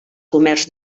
comerç